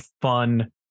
fun